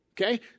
Okay